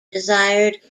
desired